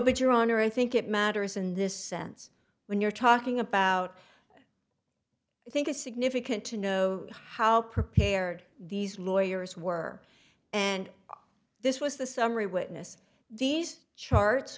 but your honor i think it matters in this sense when you're talking about i think it's significant to know how prepared these lawyers were and this was the summary witness these charts